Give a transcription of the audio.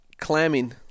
Clamming